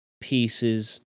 pieces